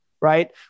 Right